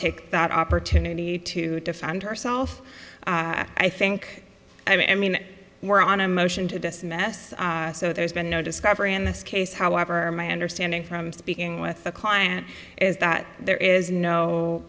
take that opportunity to defend herself i think i mean we're on a motion to dismiss so there's been no discovery in this case however my understanding from speaking with a client is that there is no